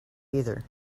either